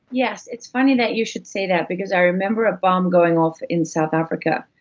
yes. it's funny that you should say that, because i remember a bomb going off in south africa,